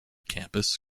campus